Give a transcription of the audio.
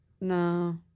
No